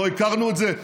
לא הכרנו את זה?